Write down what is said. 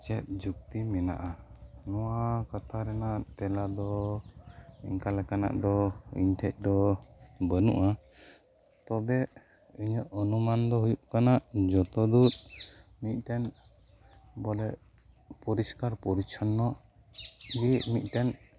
ᱪᱮᱫ ᱡᱩᱠᱛᱤ ᱢᱮᱱᱟᱜᱼᱟ ᱱᱚᱶᱟ ᱠᱟᱛᱷᱟ ᱨᱮᱱᱟᱜ ᱛᱮᱞᱟ ᱫᱚ ᱚᱱᱠᱟ ᱞᱮᱠᱟᱱᱟᱜ ᱫᱚ ᱤᱧᱴᱷᱮᱱ ᱫᱚ ᱵᱟᱹᱱᱩᱜᱼᱟ ᱛᱚᱵᱮ ᱤᱧᱟᱹᱜ ᱚᱱᱩᱢᱟᱱ ᱫᱚ ᱦᱳᱭᱳᱜ ᱠᱟᱱᱟ ᱡᱚᱛᱚᱫᱩᱨ ᱢᱤᱫ ᱴᱮᱱ ᱵᱚᱞᱮ ᱯᱚᱨᱤᱥᱠᱟᱨ ᱯᱚᱨᱤᱪᱷᱚᱱᱱᱚ ᱜᱮ ᱢᱤᱫ ᱴᱮᱱ